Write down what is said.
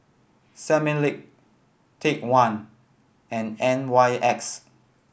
Similac Take One and N Y X